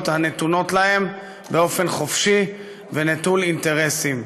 הנתונות להם באופן חופשי ונטול אינטרסים,